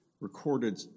recorded